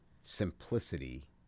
simplicity